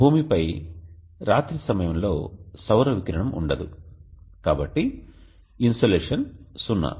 భూమిపై రాత్రి సమయంలో సౌర వికిరణం ఉండదు కాబట్టి ఇన్సోలేషన్ సున్నా